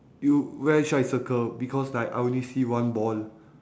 you where should I circle because like I only see one ball